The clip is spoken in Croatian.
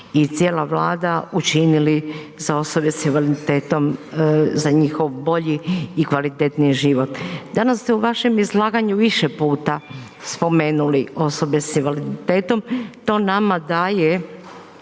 i cijela vlada učinili za osobe s invaliditetom za njihov bolji i kvalitetniji život. Danas ste u vašem izlaganju više puta spomenuli osobe s invaliditetom, to nama daje